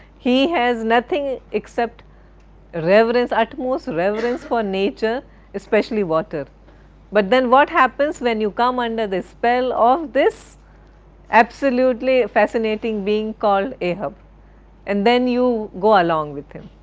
he has nothing except reverence, almost reverence for nature especially water but then what happens when you come under the spell of this absolutely fascinating being called ahab and then you go along with him.